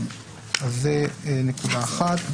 זו נקודה אחת.